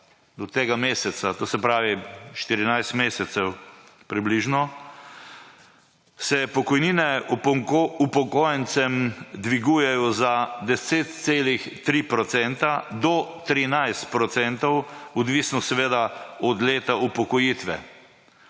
do tega meseca, to se pravi 14 mesecev približno, se je pokojnine upokojencem dvigujejo za 10,3 % do 13 %, odvisno seveda od leta upokojitve.